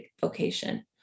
vocation